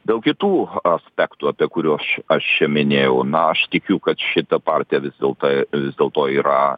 dėl kitų aspektų apie kuriuos čia aš čia minėjau na aš tikiu kad šita partija vis dėlto vis dėlto yra